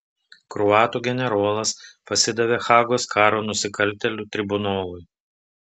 kroatų generolas pasidavė hagos karo nusikaltėlių tribunolui